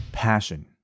passion